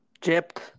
Jip